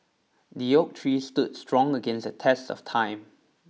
the oak tree stood strong against the test of time